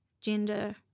gender